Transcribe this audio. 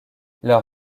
leur